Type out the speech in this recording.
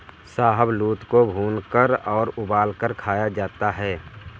शाहबलूत को भूनकर और उबालकर खाया जाता है